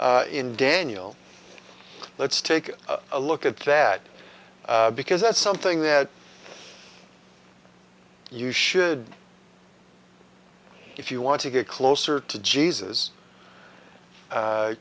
in daniel let's take a look at that because that's something that you should if you want to get closer to jesus